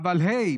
/ אבל היי,